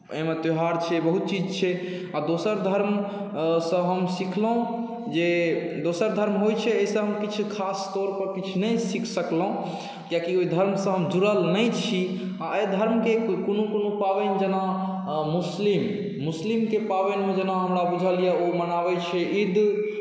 एहिमे त्योहार छै बहुत चीज छै आ दोसर धर्म सँ हम सिखलहुँ जे दोसर धर्म होइ छै एहिसँ हम किछु खास तौरपर किछु नहि सीख सकलहुँ किएकि ओहि धर्मसँ हम जुड़ल नहि छी आ एहि धर्मके कोनो कोनो पाबनि जेना मुस्लिम मुस्लिमके पाबनिमे जेना हमरा बुझल यए ओ मनाबै छै ईद